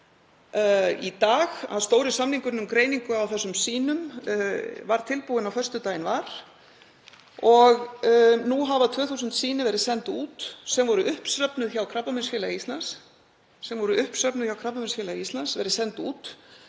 núna að stóri samningurinn um greiningu á þessum sýnum var tilbúinn á föstudaginn var og nú hafa 2.000 sýni sem voru uppsöfnuð hjá Krabbameinsfélagi Íslands verið send út.